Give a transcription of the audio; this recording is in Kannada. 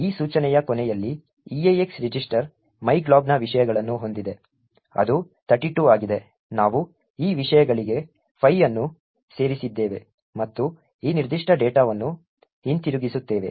ಹೀಗಾಗಿ ಈ ಸೂಚನೆಯ ಕೊನೆಯಲ್ಲಿ EAX ರಿಜಿಸ್ಟರ್ myglob ನ ವಿಷಯಗಳನ್ನು ಹೊಂದಿದೆ ಅದು 32 ಆಗಿದೆ ನಾವು ಈ ವಿಷಯಗಳಿಗೆ 5 ಅನ್ನು ಸೇರಿಸಿದ್ದೇವೆ ಮತ್ತು ಈ ನಿರ್ದಿಷ್ಟ ಡೇಟಾವನ್ನು ಹಿಂತಿರುಗಿಸುತ್ತೇವೆ